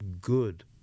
good